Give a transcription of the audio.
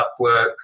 Upwork